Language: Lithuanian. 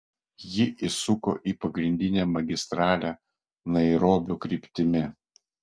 ji įsuko į pagrindinę magistralę nairobio kryptimi